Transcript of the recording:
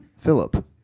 Philip